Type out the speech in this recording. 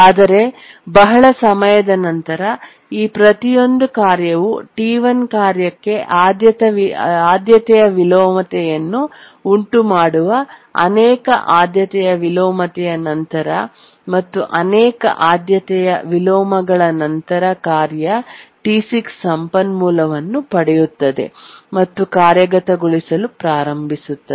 ಆದರೆ ಬಹಳ ಸಮಯದ ನಂತರ ಈ ಪ್ರತಿಯೊಂದು ಕಾರ್ಯವು T1 ಕಾರ್ಯಕ್ಕೆ ಆದ್ಯತೆಯ ವಿಲೋಮತೆಯನ್ನು ಉಂಟುಮಾಡುವ ಅನೇಕ ಆದ್ಯತೆಯ ವಿಲೋಮತೆಯ ನಂತರ ಮತ್ತು ಅನೇಕ ಆದ್ಯತೆಯ ವಿಲೋಮಗಳ ನಂತರ ಕಾರ್ಯ T6 ಸಂಪನ್ಮೂಲವನ್ನು ಪಡೆಯುತ್ತದೆ ಮತ್ತು ಕಾರ್ಯಗತಗೊಳಿಸಲು ಪ್ರಾರಂಭಿಸುತ್ತದೆ